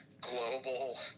global